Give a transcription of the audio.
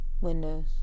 windows